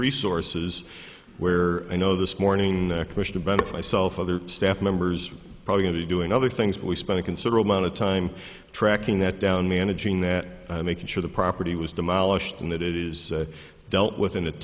resources where i know this morning push to benefit myself other staff members probably going to be doing other things but we spend a considerable amount of time tracking that down managing that and making sure the property was demolished and that it is dealt with in a